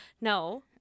No